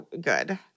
good